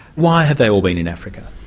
why have they all been in africa?